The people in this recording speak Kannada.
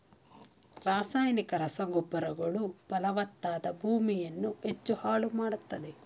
ರಾಸಾಯನಿಕ ರಸಗೊಬ್ಬರಗಳು ಫಲವತ್ತಾದ ಭೂಮಿಯನ್ನು ಹೆಚ್ಚು ಹಾಳು ಮಾಡತ್ತದೆ